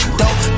dope